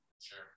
Sure